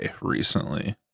recently